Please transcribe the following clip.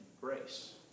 grace